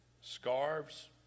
scarves